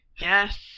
Yes